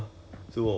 on Instagram ah